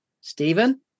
Stephen